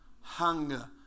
hunger